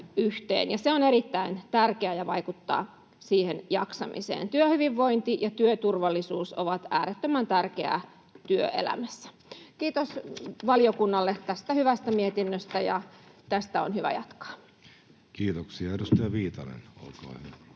Se on erittäin tärkeää ja vaikuttaa siihen jaksamiseen. Työhyvinvointi ja työturvallisuus ovat äärettömän tärkeitä asioita työelämässä. Kiitos valiokunnalle tästä hyvästä mietinnöstä. Tästä on hyvä jatkaa. Kiitoksia. — Edustaja Viitanen, olkaa hyvä.